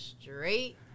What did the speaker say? straight